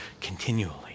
continually